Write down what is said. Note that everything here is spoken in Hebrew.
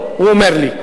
הוא אומר לי.